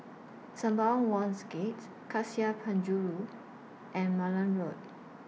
Sembawang Wharves Gate Cassia Penjuru and Malan Road